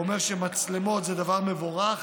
הוא אומר שמצלמות זה דבר מבורך,